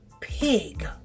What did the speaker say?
pig